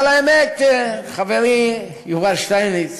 האמת, חברי יובל שטייניץ,